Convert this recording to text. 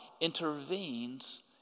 intervenes